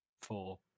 Four